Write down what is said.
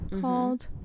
called